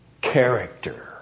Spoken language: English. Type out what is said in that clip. character